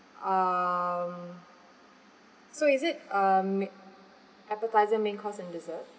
uh um so is it um main appetiser main course and dessert